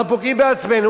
אנחנו פוגעים בעצמנו,